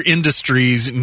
Industries